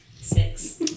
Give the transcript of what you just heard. Six